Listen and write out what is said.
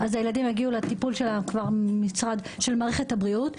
אז הילדים כבר יגיעו לטיפול של מערכת הבריאות,